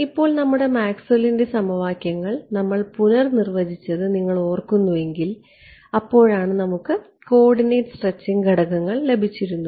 ഇപ്പോൾ നമ്മുടെ മാക്സ്വെല്ലിന്റെ സമവാക്യങ്ങൾ നമ്മൾ പുനർനിർവചിച്ചത് നിങ്ങൾ ഓർക്കുന്നുവെങ്കിൽ അപ്പോഴാണ് നമുക്ക് കോർഡിനേറ്റ് സ്ട്രെച്ചിംഗ് ഘടകങ്ങൾ ലഭിച്ചിരുന്നത്